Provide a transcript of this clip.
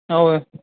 હોવે